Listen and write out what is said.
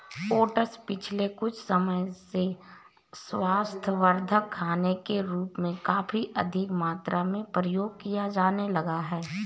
oats पिछले कुछ समय से स्वास्थ्यवर्धक खाने के रूप में काफी अधिक मात्रा में प्रयोग किया जाने लगा है